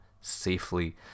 safely